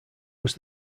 was